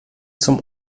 zum